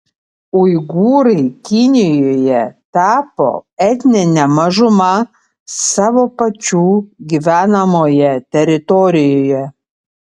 uigūrai kinijoje tapo etnine mažuma savo pačių gyvenamoje teritorijoje